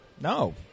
No